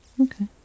okay